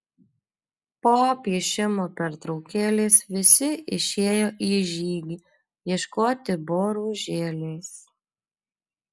po piešimo pertraukėlės visi išėjo į žygį ieškoti boružėlės